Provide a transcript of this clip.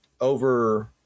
over